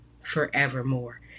forevermore